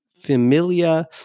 Familia